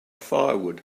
firewood